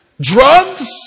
drugs